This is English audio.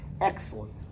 Excellent